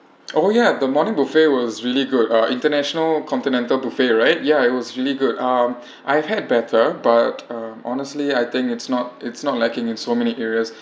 oh ya the morning buffet was really good uh international continental buffet right ya it was really good um I've had better but uh honestly I think it's not it's not lacking in so many areas